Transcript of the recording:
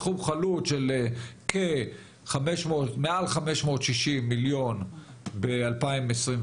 סכום חלוט של מעל 560 מיליון ב-2021,